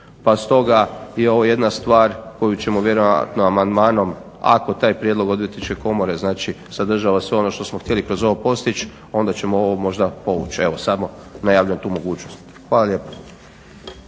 pa stoga je ovo jedna stvar koju ćemo vjerojatno amandmanom ako taj prijedlog Odvjetničke komore znači sadržava sve ono što smo htjeli kroz ovo postići onda ćemo ovo možda povući. Evo, samo najavljujem tu mogućnost. Hvala lijepo.